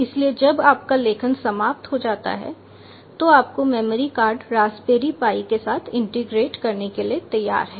इसलिए जब आपका लेखन समाप्त हो जाता है तो आपका मेमोरी कार्ड रास्पबेरी पाई के साथ इंटीग्रेट होने के लिए तैयार है